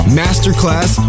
masterclass